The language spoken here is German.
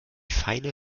pfeile